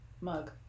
Mug